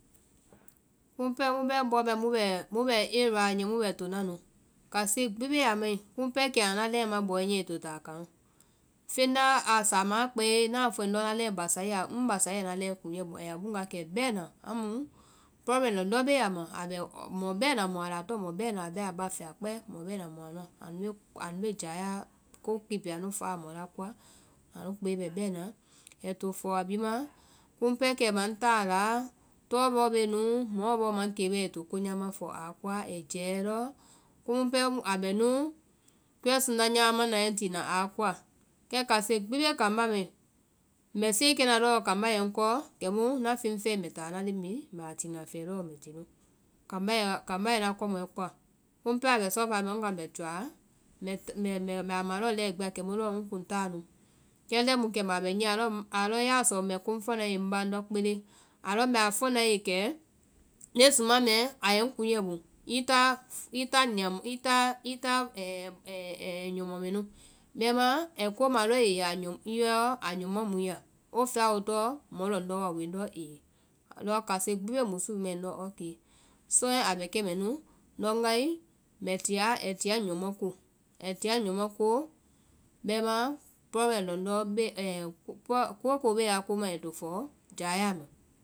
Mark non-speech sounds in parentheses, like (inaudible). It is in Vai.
Kumu pɛɛ mu bɛ ŋbɔ mɛɛ mu bɛ tona area jɔ niyɛ mu bɛ tona nu, kase gbi a mai, kumu pɛɛ kɛima ŋna leŋɛ ma bɔ wɛ niyɛ ai to táa kaŋ, (hesitation) samaã a kpɛi ŋna fɔe ŋdɔ ŋna lɛŋɛ basa, ŋbasa i ŋna leŋ kuŋɛ buŋ, a yaa buŋ wakɛ bɛna, amu problem lɔndɔ́ bee ama, (hesitation) mɔ bɛna mu a la, a tɔŋ mɔ bɛna, abɛ a ba fɛa kpɛɛ. mɔ bɛna mu anua nu bee (hesitation) ko kpipi a faa lɔmɔ la koa. anu kpee bɛ bɛna, ai to fɔɔ a bhii ma, kimu pɛɛ kɛima ŋ táa, tɔɔ bɔɔ bee nu, mɔ o mɔ bɔ maŋ kee ai to ko nyama fɔ aa koa, ai jɛɛ lɔ kumu pɛɛ a bɛ nu, kuɛsunda nyama ma na h tie a koa, kɛ kase gbi bee kambá mai, mbɛ siekɛna lɔɔ kambá yɛ ŋkɔɔ kɛmu ŋna feŋ fɛɛe lɔɔ mbɛ táá leŋ bhii mbɛ táa mbɛ a tina fɛɛ lɔ mbɛ jɛɛ, kambá i ŋna kɔ mɔ kɔa. Komu pɛɛ a bɛ sɔfɛa mɛɔ ŋ woa mbɛ try, mbɛ a ma lɔɔ lɛi gbi a kemu lɔɔ ŋkuŋ táa nu. kɛ lɛimu kɛi ma a bɛ niyɛ a lɔ yaa sɔ mbɛ komu fɔna i ye ŋba, ŋndɔ kpele, alɔ mbɛ a fɔna i yɛ kɛ leŋ musuma mɛɛ a yɛ ŋ kuŋɛ buŋ i tá nyɔmɔ mɛ nu, bɛmaã ai ko ma lɔɔ i ye yɔ i nyɔmɔ mu i ya, wo fɛa wo tɔŋ mɔ lɔndɔ́ wa wee, ŋndɔ ee, alɔ kase gbi musu mɛnu mai, ŋndɔ ɔkee. ŋndɔ ŋgae ai tia ŋ nyɔmɔ ko bɛmã (hesitation) kooko bee aa ko mai kɛ ko nyama.